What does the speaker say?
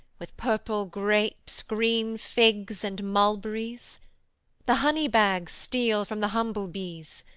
with purple grapes, green figs, and mulberries the honey bags steal from the humble-bees,